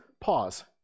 Pause